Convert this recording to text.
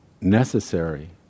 necessary